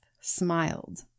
smiled